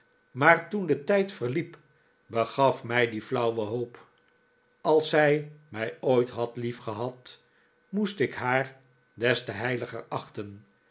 maar toen de tijd verliep begaf mij die flauwe hoop als zij mij ooit had liefgehad moest ik haar des te heiliger achten